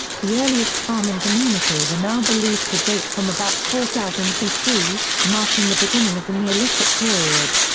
the earliest farming communities are now believed to date from about four thousand bc, marking the beginning of the neolithic period.